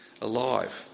alive